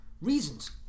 reasons